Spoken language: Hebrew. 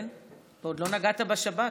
כן, עוד לא נגעת בשב"כ.